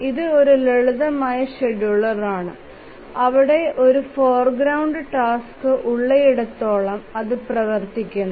ഇത് ഒരു ലളിതമായ ഷെഡ്യൂളറാണ് അവിടെ ഒരു ഫോർഗ്രൌണ്ട ടാസ്ക് ഉള്ളിടത്തോളം അത് പ്രവർത്തിക്കുന്നു